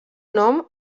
nom